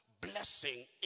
Blessing